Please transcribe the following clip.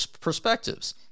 perspectives